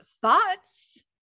thoughts